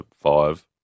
five